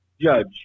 judge